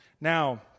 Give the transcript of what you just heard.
Now